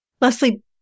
Leslie